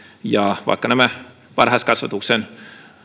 ja vaikka nämä varhaiskasvatuksen